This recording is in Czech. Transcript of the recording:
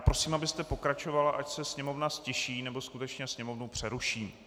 Prosím, abyste pokračovala, až se Sněmovna ztiší, nebo skutečně jednání přeruším.